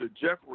Jeffrey